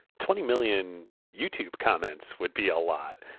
twenty million youtube comments would be a lot.